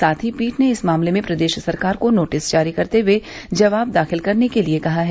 साथ ही पीठ ने इस मामले में प्रदेश सरकार को नोटिस जारी करते हए जवाब दाखिल करने के लिये कहा है